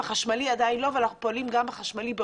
בחשמלי עדיין לא אבל אנחנו פועלים אותו הדבר גם לגבי החשמלי.